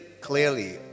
clearly